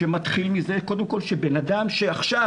שמתחיל מזה קודם כל שבן אדם שעכשיו,